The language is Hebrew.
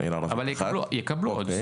אבל יקבלו עוד.